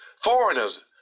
foreigners